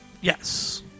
Yes